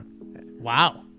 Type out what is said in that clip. Wow